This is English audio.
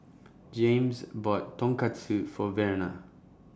Jaymes bought Tonkatsu For Verna